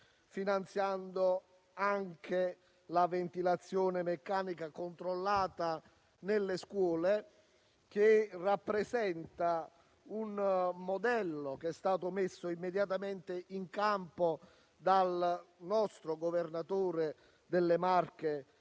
finanziando anche la ventilazione meccanica controllata nelle scuole. Si tratta di un modello messo immediatamente in campo dal nostro governatore delle Marche,